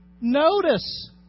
notice